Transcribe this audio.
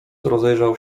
rozejrzał